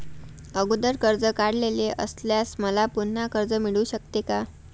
अगोदर कर्ज काढलेले असल्यास मला पुन्हा कर्ज मिळू शकते का?